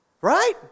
right